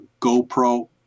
GoPro